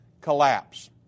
collapse